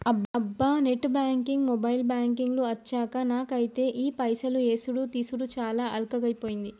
అబ్బా net banking mobile banking లు అచ్చాక నాకైతే ఈ పైసలు యేసుడు తీసాడు చాలా అల్కగైపోయింది